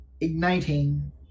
igniting